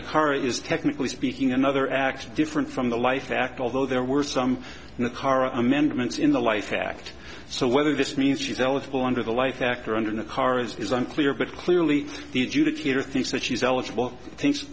the car is technically speaking another act different from the life act although there were some in the car amendments in the life act so whether this means she's eligible under the life act or under the car is unclear but clearly the do the theater thinks that she's eligible thin